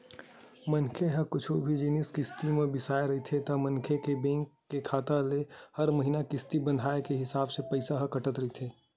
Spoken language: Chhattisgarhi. मनखे ह कुछु भी जिनिस किस्ती म बिसाय रहिथे ता मनखे के बेंक के खाता ले हर महिना किस्ती बंधाय के हिसाब ले पइसा ह कटत रहिथे